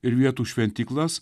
ir vietų šventyklas